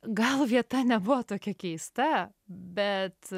gal vieta nebuvo tokia keista bet